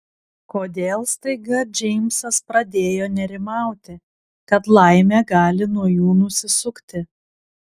kodėl staiga džeimsas pradėjo nerimauti kad laimė gali nuo jų nusisukti